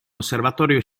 osservatorio